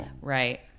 Right